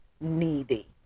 needy